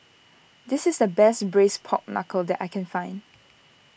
this is the best Braised Pork Knuckle that I can find